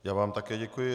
Já vám také děkuji.